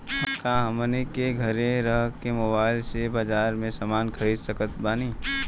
का हमनी के घेरे रह के मोब्बाइल से बाजार के समान खरीद सकत बनी?